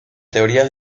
teorías